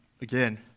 again